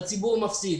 הציבור מפסיד.